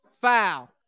Foul